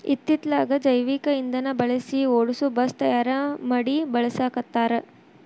ಇತ್ತಿತ್ತಲಾಗ ಜೈವಿಕ ಇಂದನಾ ಬಳಸಿ ಓಡಸು ಬಸ್ ತಯಾರ ಮಡಿ ಬಳಸಾಕತ್ತಾರ